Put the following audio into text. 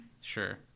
Sure